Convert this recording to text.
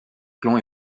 clan